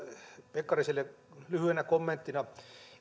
pekkariselle lyhyenä kommenttina